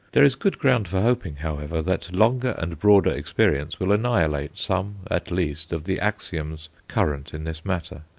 there is good ground for hoping, however, that longer and broader experience will annihilate some at least of the axioms current in this matter.